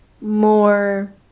more